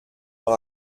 m’as